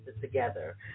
together